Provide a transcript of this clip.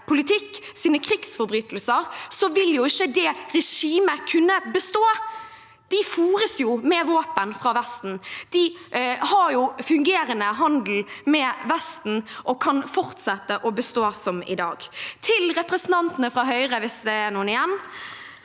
apartheidpolitikk og krigsforbrytelser, vil ikke det regimet kunne bestå. De fôres jo med våpen fra Vesten. De har fungerende handel med Vesten og kan fortsette å bestå som i dag. Til representantene fra Høyre, hvis det er noen igjen,